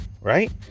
Right